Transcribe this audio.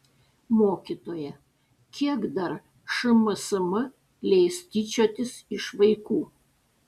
mokytoja kiek dar šmsm leis tyčiotis iš vaikų